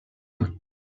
one